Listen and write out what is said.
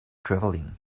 travelling